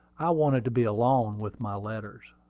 i wanted to be alone with my letters.